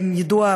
ידוע,